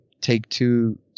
Take-Two